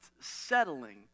settling